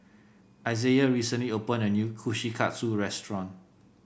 Isaiah recently opened a new Kushikatsu Restaurant